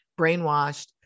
brainwashed